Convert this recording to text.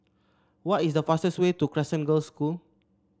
what is the fastest way to Crescent Girls' School